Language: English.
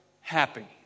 happy